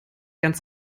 ganz